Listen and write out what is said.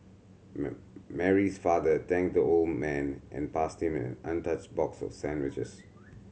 Mary's father thanked the old man and passed him an untouched box of sandwiches